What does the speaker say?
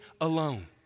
alone